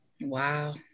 Wow